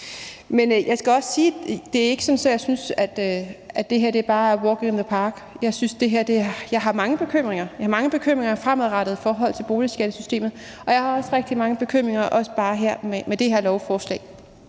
Men jeg skal også sige, at det ikke er sådan, at jeg synes, at det her bare er a walk in the park. Jeg har mange bekymringer fremadrettet i forhold til boligskattesystemet, og jeg har også rigtig mange bekymringer bare med det her lovforslag.